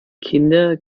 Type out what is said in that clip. kinder